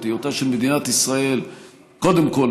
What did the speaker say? את היותה של מדינת ישראל קודם כול